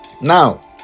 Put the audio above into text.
Now